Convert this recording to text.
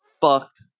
fucked